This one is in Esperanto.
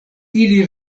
ili